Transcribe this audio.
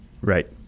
right